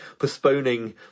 postponing